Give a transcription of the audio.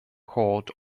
court